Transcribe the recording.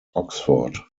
oxford